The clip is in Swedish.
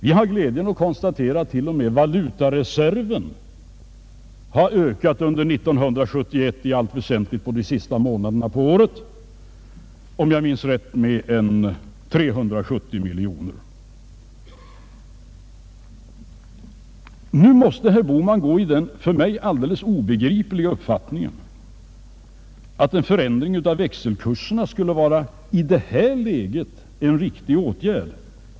Vi har glädjen konstatera att t.o.m. valutareserven har ökat under 1970, i allt väsentligt under de sista månaderna av året, om jag minns rätt med cirka 370 miljoner kronor. Herr Bohman måste hysa den för mig obegripliga uppfattningen att en förändring av växelkurserna i detta läge skulle vara en riktig åtgärd.